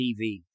TV